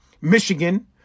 Michigan